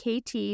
KT